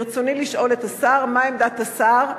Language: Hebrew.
ברצוני לשאול: 1. מה היא עמדת השר?